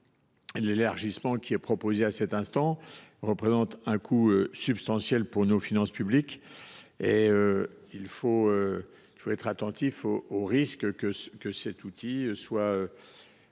l’élargissement qui est proposé ici représente un coût substantiel pour nos finances publiques, et il faut être attentif au risque que cet outil soit mobilisé